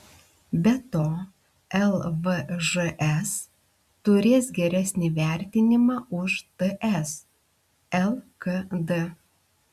be to lvžs turės geresnį vertinimą už ts lkd